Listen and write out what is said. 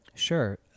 Sure